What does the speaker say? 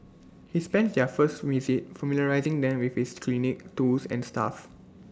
he spends their first visit familiarising them with his clinic tools and staff